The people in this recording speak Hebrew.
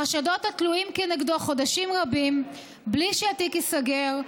החשדות התלויים כנגדו חודשים רבים בלי שהתיק ייסגר,